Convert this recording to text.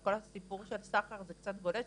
כל הסיפור של סחר קצת בולט,